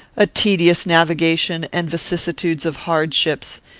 a tedious navigation, and vicissitudes of hardships.